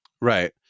right